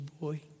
boy